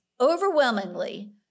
overwhelmingly